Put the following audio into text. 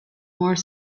more